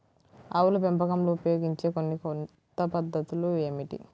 ఆవుల పెంపకంలో ఉపయోగించే కొన్ని కొత్త పద్ధతులు ఏమిటీ?